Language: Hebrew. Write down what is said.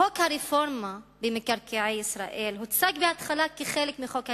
חוק הרפורמה במקרקעי ישראל הוצג בהתחלה כחלק מחוק ההסדרים.